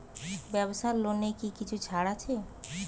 ব্যাবসার লোনে কি কিছু ছাড় আছে?